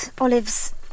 olives